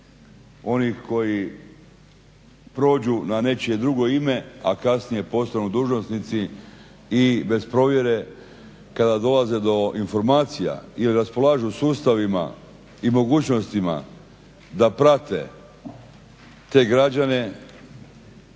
onih koji prođu na nečije drugo ime a kasnije postanu dužnosnici i bez provjere, kada dolaze do informacija i raspolažu sustavima i mogućnostima da prate te građane